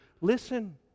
Listen